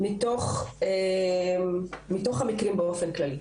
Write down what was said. מתוך המקרים באופן כללי.